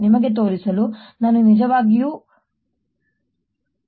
ನಿಮಗೆ ತೋರಿಸಲು ನಾವು ನಿಜವಾಗಿಯೂ ಮೋಸ ಮಾಡಿಲ್ಲ